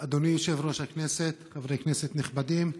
אדוני יושב-ראש הכנסת, חברי כנסת נכבדים,